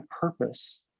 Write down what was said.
purpose